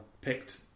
picked